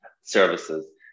services